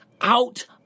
out